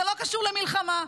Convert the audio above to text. וזה לא קשור למלחמה.